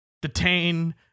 Detain